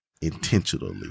intentionally